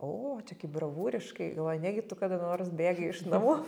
o čia kaip bravūriškai galvoju negi tu kada nors bėgai iš namų